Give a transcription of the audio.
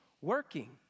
working